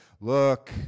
look